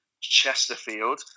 Chesterfield